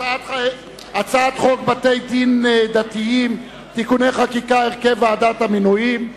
הצעת חוק בתי-דין דתיים (תיקוני חקיקה) (הרכב ועדת המינויים),